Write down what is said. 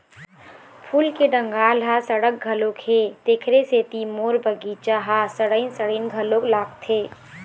फूल के डंगाल ह सड़त घलोक हे, तेखरे सेती मोर बगिचा ह सड़इन सड़इन घलोक लागथे